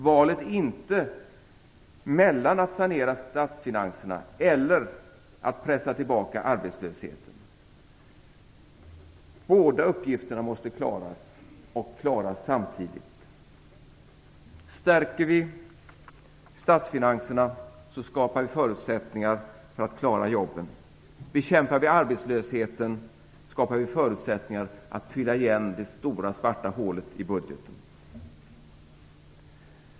Valet är inte mellan att sanera statsfinanserna och att pressa tillbaka arbetslösheten. Båda uppgifterna måste klaras och klaras samtidigt. Stärker vi statsfinanserna, skapar vi förutsättningar för att klara jobben. Bekämpar vi arbetslösheten, skapar vi förutsättningar för att fylla igen det stora, svarta hålet i budgeten.